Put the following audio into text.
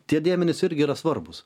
tie dėmenys irgi yra svarbūs